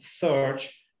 search